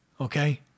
okay